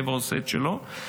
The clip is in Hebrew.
הטבע עושה את שלו,